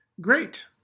Great